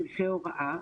פרחי הוראה,